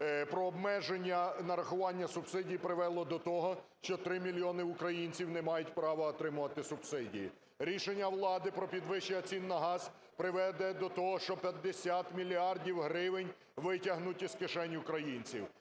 про обмеження нарахування субсидій привело до того, що 3 мільйони українців не мають право отримувати субсидії. Рішення влади про підвищення цін на газ приведе до того, що 50 мільярдів гривень витягнуть із кишень українців.